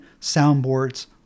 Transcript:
soundboards